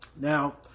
Now